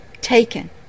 Taken